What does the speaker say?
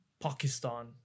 Pakistan